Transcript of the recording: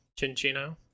Chinchino